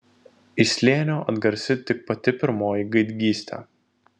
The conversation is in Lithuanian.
iš slėnio atgarsi tik pati pirmoji gaidgystė